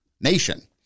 nation